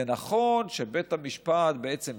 זה נכון שבית המשפט כן